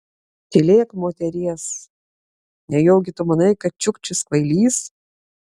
tylėk moteries nejaugi tu manai kad čiukčis kvailys